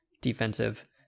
defensive